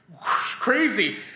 crazy